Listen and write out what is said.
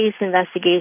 investigation